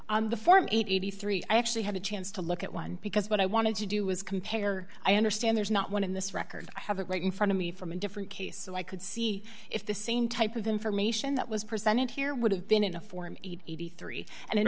on the form eighty three i actually had a chance to look at one because what i wanted to do was compare i understand there's not one in this record i have a great in front of me from a different case so i could see if the same type of information that was presented here would have been in a form eighty three and in